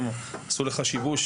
אני שואל את זה באופן פשוט,